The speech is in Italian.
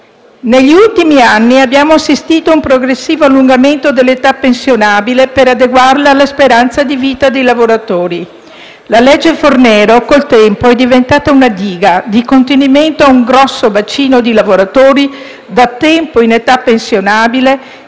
Negli ultimi anni abbiamo assistito a un progressivo allungamento dell'età pensionabile per adeguarla alla speranza di vita dei lavoratori. La legge Fornero col tempo è diventata una diga di contenimento a un grosso bacino di lavoratori da tempo in età pensionabile,